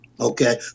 Okay